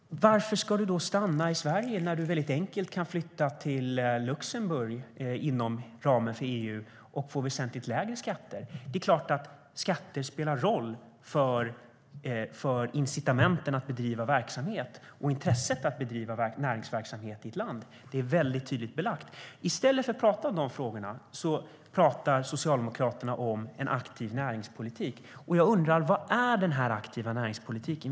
Varför ska de stanna i Sverige när de väldigt enkelt kan flytta till Luxemburg inom ramen för EU och få väsentligt lägre skatter? Det är klart att skatter spelar roll för incitamenten att bedriva verksamhet och intresset att bedriva näringsverksamhet i ett land. Det är väldigt tydligt belagt. I stället för att prata om de frågorna pratar Socialdemokraterna om en aktiv näringspolitik. Jag undrar: Vad är den här aktiva näringspolitiken?